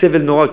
בסבל נורא,